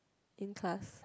in class